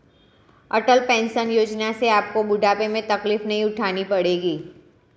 अटल pension योजना से आपको बुढ़ापे में तकलीफ नहीं उठानी पड़ेगी